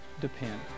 depend